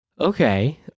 Okay